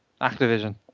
Activision